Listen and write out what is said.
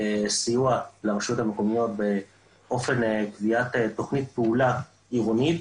נכלל סיוע לרשויות המקומיות באופן קביעת תוכנית פעולה עירונית